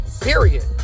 period